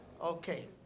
okay